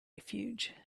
refuge